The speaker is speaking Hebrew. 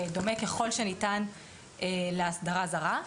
דומה ככל שניתן להסדרה זרה.